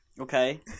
Okay